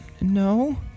No